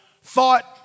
thought